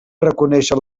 reconèixer